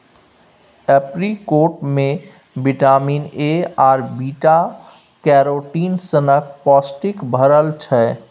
apricot मे vitamin A आर beta carotene सनक पौष्टिक भरल छै